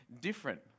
different